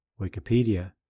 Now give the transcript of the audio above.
Wikipedia